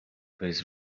his